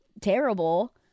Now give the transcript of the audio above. terrible